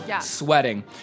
sweating